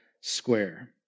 square